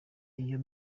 iyo